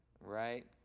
Right